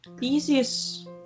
easiest